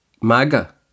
MAGA